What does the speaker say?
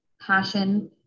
passion